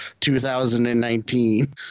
2019